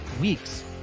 weeks